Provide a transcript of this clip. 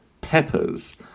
peppers